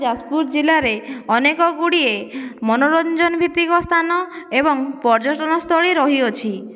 ଯାଜପୁର ଜିଲ୍ଲାରେ ଅନେକଗୁଡ଼ିଏ ମନୋରଞ୍ଜନ ଭିତ୍ତିକ ସ୍ଥାନ ଏବଂ ପର୍ଯ୍ୟଟନ ସ୍ଥଳୀ ରହିଅଛି